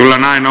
olen aina